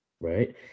right